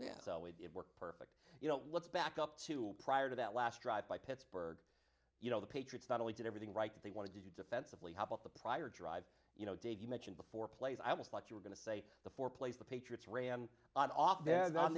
yeah so it worked perfect you don't let's back up to prior to that last drive by pittsburgh you know the patriots not only did everything right that they wanted to do defensively how about the prior drive you know dave you mentioned before plays i was like you were going to say the four plays the patriots ran off their